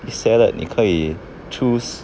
salad 你可以 choose